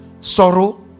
Sorrow